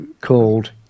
called